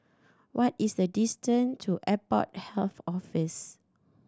what is the distance to Airport Health Office